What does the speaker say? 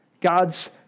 God's